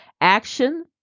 Action